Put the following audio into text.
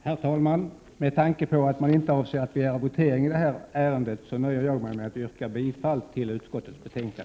Herr talman! Med tanke på att man inte avser att begära votering i detta ärende nöjer jag mig med att yrka bifall till utskottets hemställan.